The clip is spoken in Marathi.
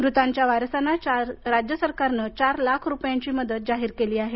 मृतांच्या वारसांना राज्य सरकारनं चार लाख रुपयांची मदत जाहीर केली आहे